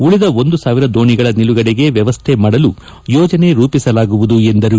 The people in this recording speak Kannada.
ಉಳಿದ ಒಂದು ಸಾವಿರ ದೋಣಿಗಳ ನಿಲುಗಡೆಗೆ ವ್ಯವಸ್ಥೆ ಮಾಡಲು ಯೋಜನೆ ರೂಪಿಸಲಾಗುವುದು ಎಂದರು